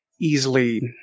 easily